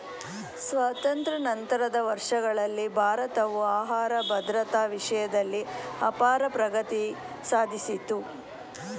ಸ್ವಾತಂತ್ರ್ಯ ನಂತರದ ವರ್ಷಗಳಲ್ಲಿ ಭಾರತವು ಆಹಾರ ಭದ್ರತಾ ವಿಷಯ್ದಲ್ಲಿ ಅಪಾರ ಪ್ರಗತಿ ಸಾದ್ಸಿತು